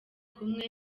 kumwe